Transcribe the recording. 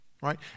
Right